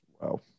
Wow